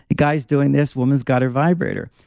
guys doing this, woman's got a vibrator.